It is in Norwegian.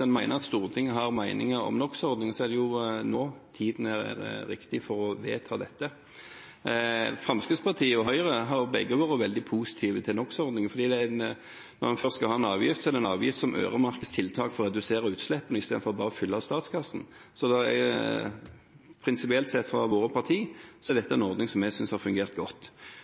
en mener at Stortinget har meninger om NOx-ordninger, er det nå tiden er riktig for å vedta dette. Fremskrittspartiet og Høyre har begge vært veldig positive til NOx-ordningen fordi når en først skal ha en avgift, er det en avgift som øremerkes tiltak for å redusere utslipp, istedenfor bare å fylle statskassen. Prinsipielt sett fra våre partier er det en ordning som har fungert godt. Så vil jeg komme tilbake til dette med diesel. Det var mange skjulte antydninger her. Vi har